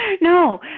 No